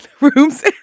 rooms